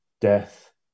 death